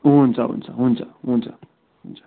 हुन्छ हुन्छ हुन्छ हुन्छ हुन्छ